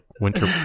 winter